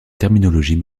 terminologie